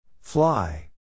Fly